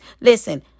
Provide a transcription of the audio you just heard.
Listen